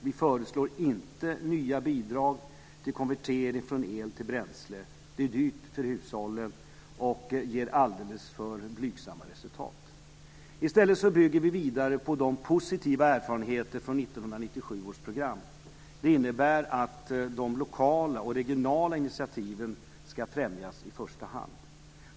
Vi föreslår inte nya bidrag för konvertering från el till bränsle. Det är dyrt för hushållen och ger alldeles för blygsamma resultat. I stället bygger vi vidare på de positiva erfarenheterna från 1997 års program. Det innebär att de lokala och regionala initiativen ska främjas i första hand.